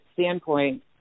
standpoint